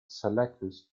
seleucus